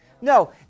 No